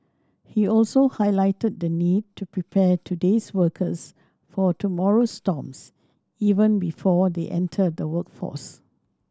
he also highlighted the need to prepare today's workers for tomorrow's storms even before they enter the workforce